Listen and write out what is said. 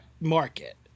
market